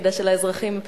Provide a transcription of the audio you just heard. כדי שלאזרחים,